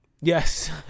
yes